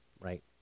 right